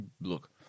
Look